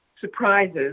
surprises